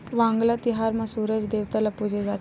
वांगला तिहार म सूरज देवता ल पूजे जाथे